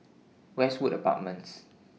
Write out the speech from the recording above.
Westwood Apartments